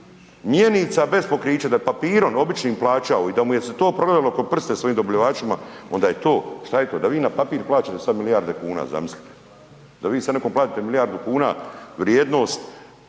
mjenica bez pokrića, da je papirom običnim plaćao i da mu je se to progledalo kroz prste svojim dobavljačima onda je to, šta je to, da vi na papir plaćate sad milijarde kuna, zamislite, da vi sad nekome platite milijardu kuna vrijednost